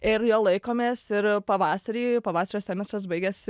ir jo laikomės ir pavasarį pavasario semestras baigiasi